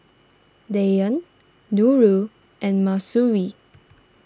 Dian Nurul and Mahsuri